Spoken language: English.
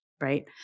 right